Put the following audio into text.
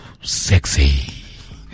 Sexy